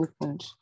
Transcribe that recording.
opened